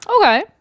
Okay